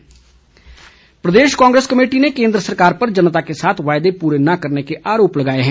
कांग्रेस प्रदेश कांग्रेस कमेटी ने केंद्र सरकार पर जनता के साथ वायदे पूरे न करने के आरोप लगाए हैं